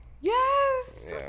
Yes